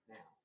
Now